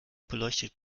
beleuchtet